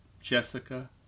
Jessica